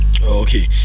Okay